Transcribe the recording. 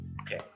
okay